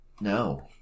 No